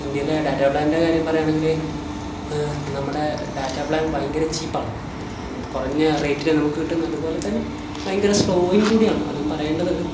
ഇന്ത്യയിലെ ഡാറ്റ പ്ലാനിൻ്റെ കാര്യം പറയാണെങ്കിൽ നമ്മുടെ ഡാറ്റ പ്ലാൻ ഭയങ്കര ചീപ്പാണ് കുറഞ്ഞ റേറ്റിൽ നമുക്ക് കിട്ടുന്നത് അതേപോലെ തന്നെ ഭയങ്കര സ്ലോയും കൂടെയാണ് അതും പറയേണ്ടതുണ്ട്